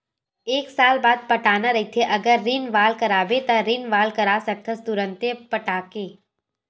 एक साल बाद पटाना रहिथे अगर रिनवल कराबे त रिनवल करा सकथस तुंरते पटाके